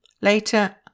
Later